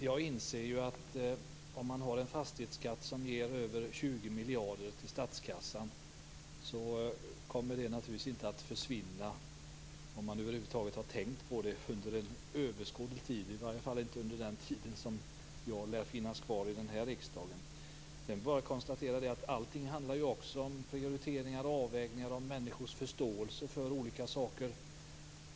Fru talman! Jag inser att en fastighetsskatt som ger över 20 miljarder till statskassan inte kommer att försvinna under överskådlig tid, i varje fall inte under den tid som jag kan finnas kvar här i riksdagen. Jag konstaterar i övrigt också att allting ju handlar om avvägningar och prioriteringar och om människors förståelse för olika saker.